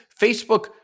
Facebook